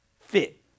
fit